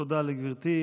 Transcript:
תודה לגברתי.